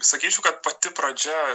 sakyčiau kad pati pradžia